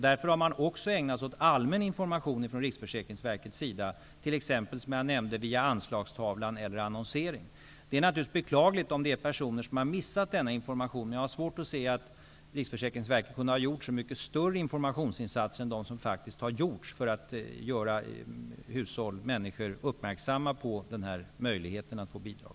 Därför har Riksförsäkringsverket också ägnat sig åt att ge ut allmän information, t.ex. via Anslagstavlan eller annonsering. Det är naturligtvis beklagligt om en del personer har missat denna information. Men jag har svårt att se att Riksförsäkringsverket hade kunnat göra så mycket större informationsinsatser än de som har gjorts för att uppmärksamma människor om möjligheterna att få bidrag.